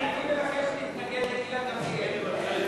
אני מבקש להתנגד לגילה גמליאל.